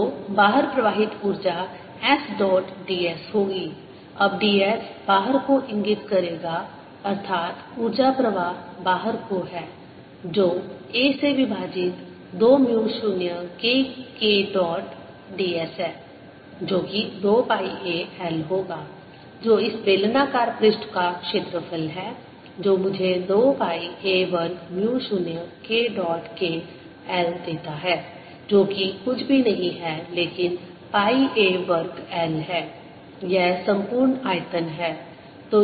तो बाहर प्रवाहित ऊर्जा S डॉट ds होगी अब ds बाहर को इंगित करेगा अर्थात् ऊर्जा प्रवाह बाहर को है जो a से विभाजित 2 mu 0 K K dot ds है जोकि 2 पाई a L होगा जो इस बेलनाकार पृष्ठ का क्षेत्रफल है जो मुझे 2 पाई a वर्ग mu 0 K dot K L देता है जो कि कुछ भी नहीं है लेकिन पाई a वर्ग L है यह सम्पूर्ण आयतन है